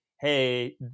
hey